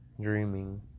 dreaming